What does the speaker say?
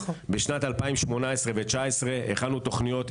בשנת 2018-2019 הכנו תוכניות,